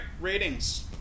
ratings